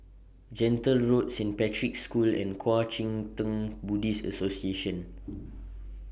Gentle Road Saint Patrick's School and Kuang Chee Tng Buddhist Association